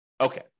Okay